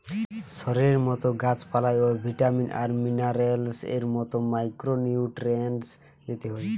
শরীরের মতো গাছ পালায় ও ভিটামিন আর মিনারেলস এর মতো মাইক্রো নিউট্রিয়েন্টস দিতে হয়